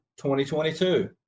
2022